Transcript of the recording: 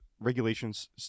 regulations